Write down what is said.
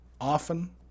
often